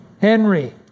Henry